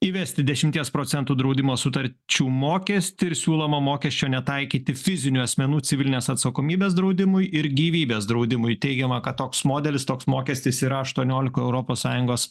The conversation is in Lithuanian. įvesti dešimties procentų draudimo sutarčių mokestį ir siūloma mokesčio netaikyti fizinių asmenų civilinės atsakomybės draudimui ir gyvybės draudimui teigiama kad toks modelis toks mokestis yra aštuoniolikoj europos sąjungos